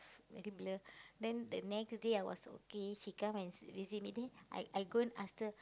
very blur then the next day I was okay she come and s~ visit me then I I go and ask her